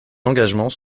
engagements